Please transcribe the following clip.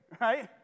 right